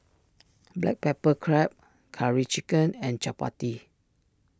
Black Pepper Crab Curry Chicken and Chappati